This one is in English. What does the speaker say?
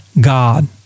God